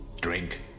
drink